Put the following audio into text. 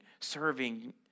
serving